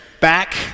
back